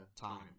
time